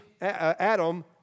Adam